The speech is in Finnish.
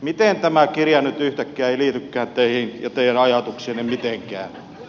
miten tämä kirja nyt yhtäkkiä ei liitykään teihin ja teidän ajatuksiinne mitenkään